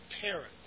parents